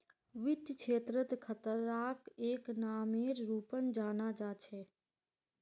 वित्त क्षेत्रत खतराक एक नामेर रूपत जाना जा छे